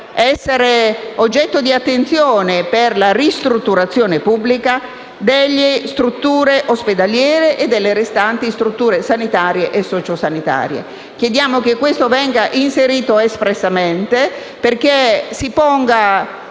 essere oggetto di attenzione per la ristrutturazione pubblica, delle strutture ospedaliere e delle restanti strutture sanitarie e sociosanitarie. Chiediamo che tutto ciò venga inserito espressamente, perché si ponga